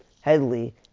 Headley